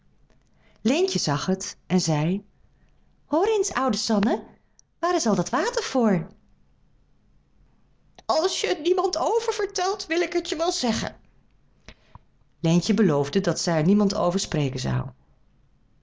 leentje zag het en zei hoor eens oude sanne waar is al dat water voor als je het niemand oververtelt wil ik het je wel zeggen leentje beloofde dat zij er niemand over spreken zou